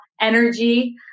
energy